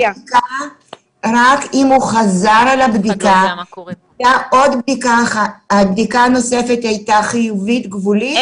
רק אם הוא חזר על הבדיקה והבדיקה הנוספת הייתה חיובית-גבולית או חיובית.